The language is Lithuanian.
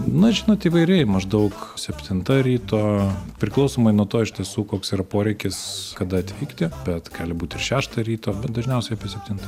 na žinot įvairiai maždaug septinta ryto priklausomai nuo to iš tiesų koks yra poreikis kada atvykti bet gali būt ir šeštą ryto bet dažniausiai apie septintą